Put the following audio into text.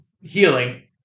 healing